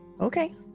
Okay